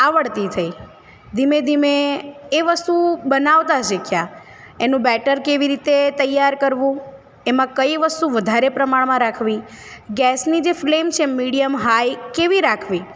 આવડતી થઈ ધીમે ધીમે એ વસ્તુ બનાવતાં શીખ્યાં એનું બેટર કેવી રીતે તૈયાર કરવું એમાં કઈ વસ્તુ વધારે પ્રમાણમાં રાખવી ગેસની જે ફલેમ છે મીડિયમ હાઇ કેવી રાખવી